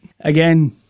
again